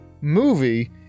movie